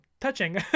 touching